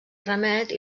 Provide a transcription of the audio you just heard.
remet